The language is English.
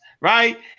right